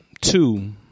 two